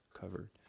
covered